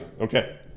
Okay